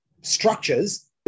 structures